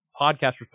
podcasters